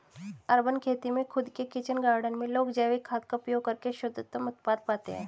urban खेती में खुद के किचन गार्डन में लोग जैविक खाद का उपयोग करके शुद्धतम उत्पाद पाते हैं